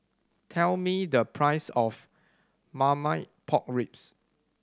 tell me the price of Marmite Pork Ribs